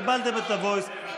קיבלתם את ה-voice,